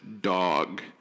dog